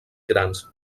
grans